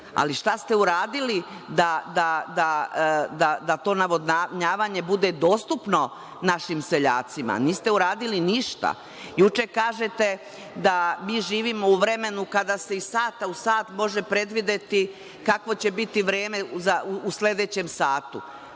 ali šta ste uradili da to navodnjavanje bude dostupno našim seljacima? Niste uradili ništa. Juče kažete da mi živimo u vremenu kada se iz sata u sat može predvideti kakvo će biti vreme u sledećem satu.